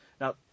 Now